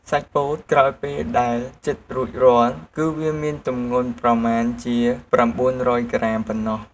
សាច់ពោតក្រោយពេលដែលចិត្តរួចរាល់ គឺវាមានទម្ងន់ប្រមាណជា ៩០០ ក្រាមប៉ុណ្ណោះ។